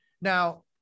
Now